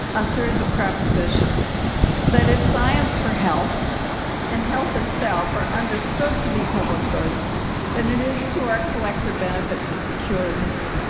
a series of prepositions that if science for health and health itself are understood to be public goods than it is to our collective benefit to secure these